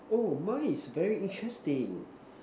oh mine is very interesting